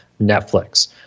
Netflix